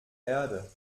erde